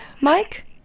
Mike